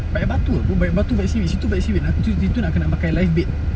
banyak batu ah bu~ banyak batu banyak seaweed situ banyak seaweed ah chu~ itu nak pakai life bait